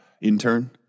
intern